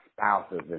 spouses